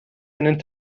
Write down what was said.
einen